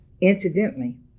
Incidentally